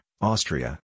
Austria